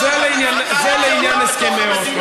זה לעניין הסכמי אוסלו.